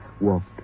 walked